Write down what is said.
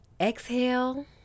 exhale